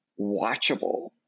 watchable